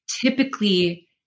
typically